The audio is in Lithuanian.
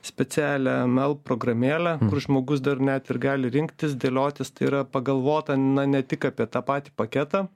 specialią mel programėlę kur žmogus dar net ir gali rinktis dėliotis tai yra pagalvota na ne tik apie tą patį paketą